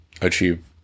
achieve